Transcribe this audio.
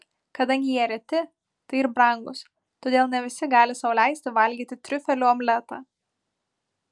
kadangi jie reti tai ir brangūs todėl ne visi gali sau leisti valgyti triufelių omletą